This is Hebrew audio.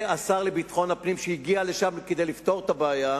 השר לביטחון הפנים שהגיע לשם כדי לפתור את הבעיה,